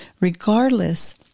regardless